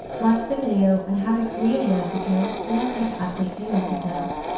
watch the video on how to create an ads account, to learn how to update payment details.